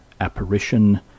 Apparition